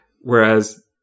whereas